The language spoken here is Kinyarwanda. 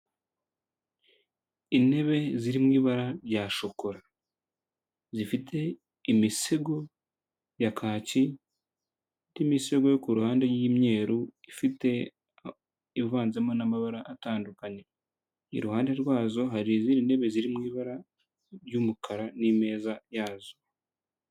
Intebe ziri mu ibara rya shokora, zifite imisego ya kaki n'imisego yo ku ruhande y'imyeru ifite ivanzemo n'amabara atandukanye, iruhande rwazo hari izindi ntebe ziri mu ibara ry'umukara n'imeza yazo.